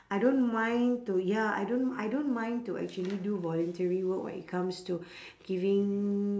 I don't mind to ya I don't I don't mind to actually do voluntary work when it comes to giving